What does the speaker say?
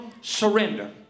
surrender